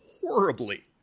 horribly